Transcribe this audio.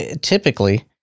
typically